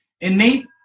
innate